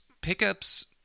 pickups